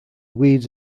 weeds